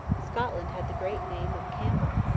scotland had the great name of campbell,